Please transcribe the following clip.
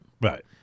Right